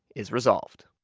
is resolved.